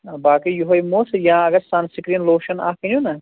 آ باقٕے یِہوے موس یا اگر سَنسِکریٖن لوشَن اَکھ أنِو نا